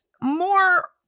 more